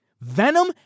Venom